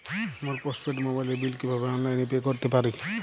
আমার postpaid মোবাইলের bill কীভাবে অনলাইনে পে করতে পারি?